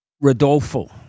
Rodolfo